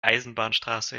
eisenbahnstraße